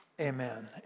amen